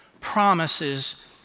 promises